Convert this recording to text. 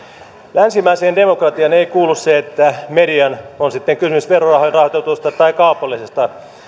länsimaiseen demokratiaan ei kuulu se että median on sitten kysymys verorahoilla rahoitetusta tai kaupallisesta